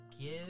give